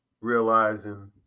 realizing